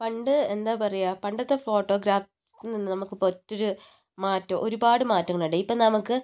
പണ്ട് എന്താ പറയുക പണ്ടത്തെ ഫോട്ടോഗ്രാഫ്സിൽ നിന്ന് നമുക്കിപ്പോൾ ഒറ്റൊരു മാറ്റം ഒരുപാട് മാറ്റങ്ങൾ ഉണ്ട് ഇപ്പോൾ നമുക്ക്